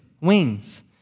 wings